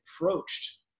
approached